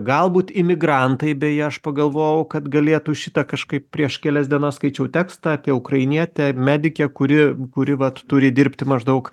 galbūt imigrantai beje aš pagalvojau kad galėtų šitą kažkaip prieš kelias dienas skaičiau tekstą apie ukrainietę medikę kuri kuri vat turi dirbti maždaug